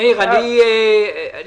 מאיר, אני